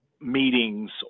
meetings